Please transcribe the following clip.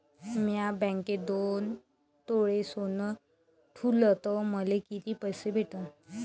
म्या बँकेत दोन तोळे सोनं ठुलं तर मले किती पैसे भेटन